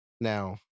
Now